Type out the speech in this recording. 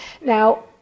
Now